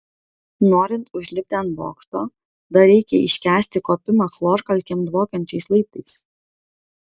norint užlipti ant bokšto dar reikia iškęsti kopimą chlorkalkėm dvokiančiais laiptais